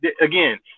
Again